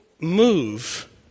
move